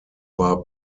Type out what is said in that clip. war